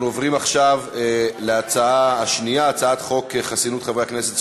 אני קובע כי הצעת חוק חסינות חברי הכנסת,